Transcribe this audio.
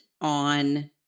on